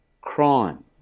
crime